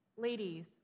Ladies